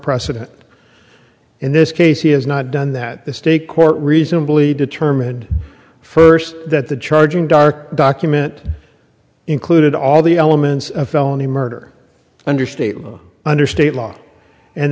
precedent in this case he has not done that the state court reasonably determined first that the charging dark document included all the elements of felony murder under state law under state law and